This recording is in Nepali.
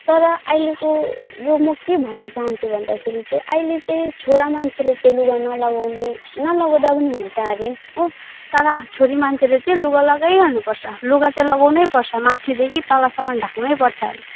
तर अहिलेको यो म के भन्नु चाहन्छु भन्दाखेरि चाहिँ अहिले चाहिँ छोरा मान्छेले चाहिँ लुगा नलगाउने नलगाउँदा पनि हुन्छ अरे हो तर छोरी मान्छेले चाहिँ लुगा लगाइहाल्नुपर्छ लुगा चाहिँ लगाउनै पर्छ माथिदेखि तलसम्म ढाक्नै पर्छ अरे